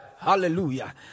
hallelujah